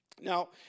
now